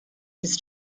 his